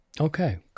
Okay